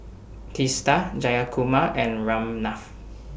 Teesta Jayakumar and Ramnath